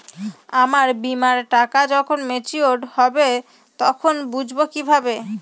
আমার বীমার টাকা যখন মেচিওড হবে তখন বুঝবো কিভাবে?